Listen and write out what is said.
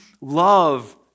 love